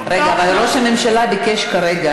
אבל ראש הממשלה ביקש כרגע,